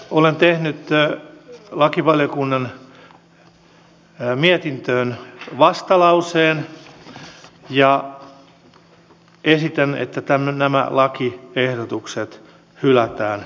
olen tehnyt lakivaliokunnan mietintöön vastalauseen ja esitän että nämä lakiehdotukset hylätään kokonaisuudessaan